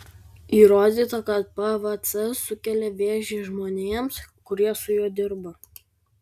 įrodyta kad pvc sukelia vėžį žmonėms kurie su juo dirba